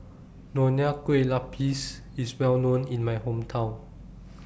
Nonya Kueh Lapis IS Well known in My Hometown